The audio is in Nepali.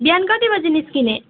बिहान कति बजे निस्किने